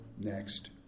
next